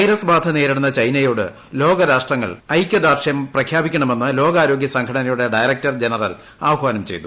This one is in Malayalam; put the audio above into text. വൈറസ് ബാധ നേരിടുന്ന ചൈനയോട് ലോക രാഷ്ട്രങ്ങൾ ഐക്യദാർഷ്ട്യം പ്രഖ്യാപിക്കണമെന്ന് ലോകാരോഗ്യസംഘടനയുടെ ഡയറക്ടർ ജനറൽ ആഹ്വാനം ചെയ്തു